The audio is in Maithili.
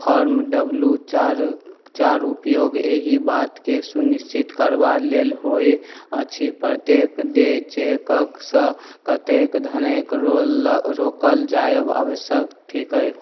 फॉर्म डब्ल्यू चारिक चारि उपयोग एहि बातकेँ सुनिश्चित करबाक लेल होइत अछि प्रत्येक देय चेकसँ कतेक धनकेँ रोकल जायब आवश्यक थिकैक